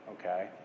Okay